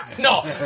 No